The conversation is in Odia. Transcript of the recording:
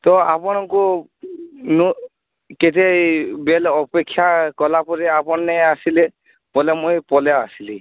ତ ଆପଣଙ୍କୁ ନ କେତେବେଲ୍ ଅପେକ୍ଷା କଲାପରେ ଆପଣ୍ ନାଇଁ ଆସ୍ଲେ ବେଲେ ମୁଇଁ ପଲେଇ ଆସ୍ଲି